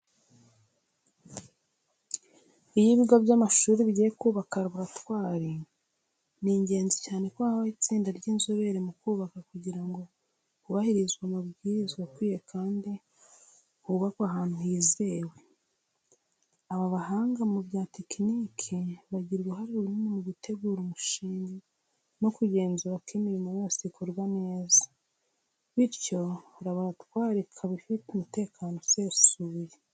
Iyo ibigo by’amashuri bigiye kubaka laboratwari, ni ingenzi cyane ko habaho itsinda ry’inzobere mu kubaka kugira ngo hubahirizwe amabwiriza akwiye kandi hubakwe ahantu hizewe. Aba bahanga mu bya tekiniki bagira uruhare runini mu gutegura umushinga no kugenzura ko imirimo yose ikorwa neza, bityo laboratwari ikaba ifite umutekano usesuye.